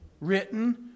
written